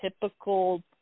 typical